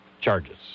charges